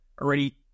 already